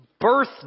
birth